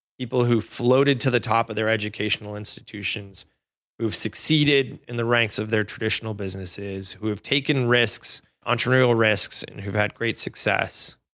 people who floated to the top of their education ah institutions who have succeeded in the ranks of their traditional businesses, who have taken risks, entrepreneurial risks and who have had great success,